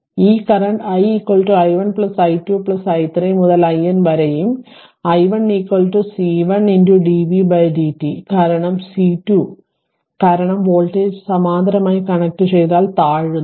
ഈ current i i1 i2 i3 മുതൽ IN വരെയും i 1 C1 dv dt കാരണം C2 കാരണം വോൾട്ടേജ് സമാന്തരമായി കണക്ട് ചെയ്താൽ താഴുന്നു